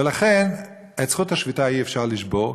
ולכן את זכות השביתה אי-אפשר לשבור,